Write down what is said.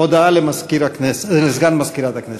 הודעה לסגן מזכירת הכנסת.